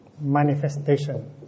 manifestation